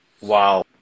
Wow